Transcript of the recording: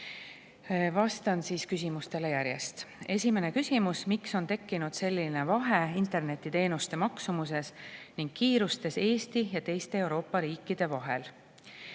Vastan küsimustele järjest. Esimene küsimus: "Miks on tekkinud selline vahe internetiteenuste maksumuses ning kiirustes Eesti ja teiste Euroopa riikide vahel?"